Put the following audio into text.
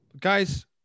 guys